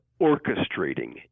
orchestrating